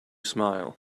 smile